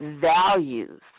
values